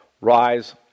rise